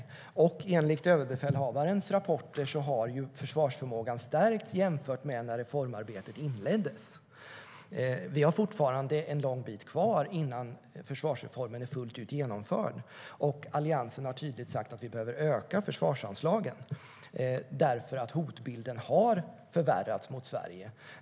Enligt överbefälhavarens rapporter har försvarsförmågan stärkts jämfört med när reformarbetet inleddes. Vi har fortfarande en lång bit kvar innan försvarsreformen är fullt ut genomförd. Alliansen har tydligt sagt att vi behöver öka försvarsanslagen därför att hotbilden har förvärrats mot Sverige.